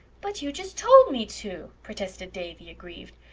but you just told me to, protested davy aggrieved.